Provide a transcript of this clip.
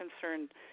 concerned